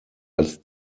als